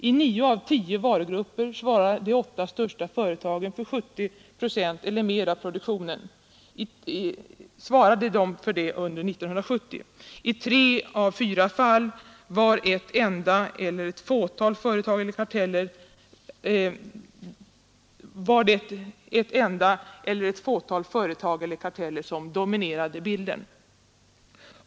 I nio av tio varugrupper svarade de åtta största företagen för 70 procent eller mer av produktionen under 1970. I tre av fyra fall var det ett enda eller ett fåtal företag eller karteller som dominerade bilden.